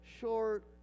short